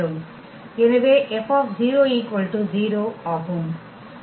எனவே F 0 ஆகும்